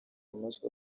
amajwi